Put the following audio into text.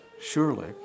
surely